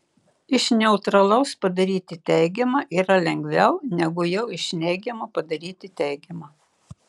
iš neutralaus padaryti teigiamą yra lengviau negu jau iš neigiamo padaryti teigiamą